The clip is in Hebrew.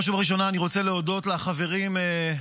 אני רוצה להודות לחברים,